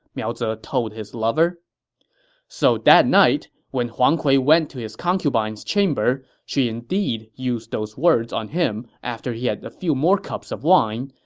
miao ze told his lover so that night, when huang kui went to his concubine's chamber, she indeed used those words on him after he had a few more cups of wine,